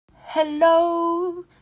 hello